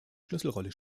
schlüsselrolle